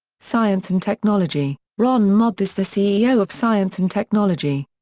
science and technology ron mobed is the ceo of science and technology.